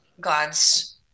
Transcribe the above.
God's